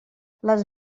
les